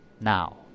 now